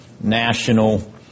national